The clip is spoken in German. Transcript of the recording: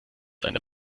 seine